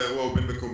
האירוע הוא בין-מקומי,